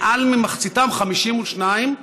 מעל מחציתם, 52,